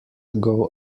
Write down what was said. ago